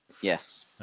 Yes